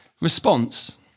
Response